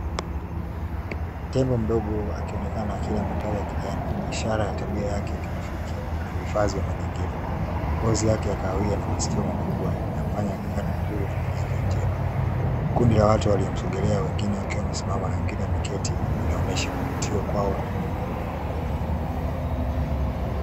Tembo mdogo akionekana akila matawi ya kijani, ishara ya tabia yake ya kirafiki na uhifadhi wa mazingira, ngozi yake ya kahawia na masikio makubwa inamfanya aonekane mzuri na mwenye afya njema, kundi la watu waliomsogelea wengine wakiwa wamesimama na wengine wakiwa wameketi inaonyesha kuvutiwa kwao na mnyama huyo.